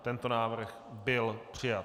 Tento návrh byl přijat.